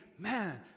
Man